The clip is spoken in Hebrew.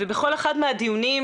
בכל אחד מהדיונים,